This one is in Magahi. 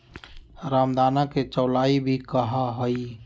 रामदाना के चौलाई भी कहा हई